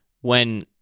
when-